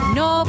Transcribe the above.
no